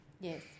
Yes